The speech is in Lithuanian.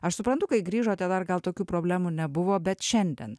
aš suprantu kai grįžote dar gal tokių problemų nebuvo bet šiandien